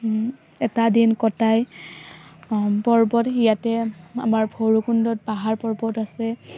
এটা দিন কটাই পৰ্বত ইয়াতে আমাৰ ভৈৰৱকুণ্ডত পাহাৰ পৰ্বত আছে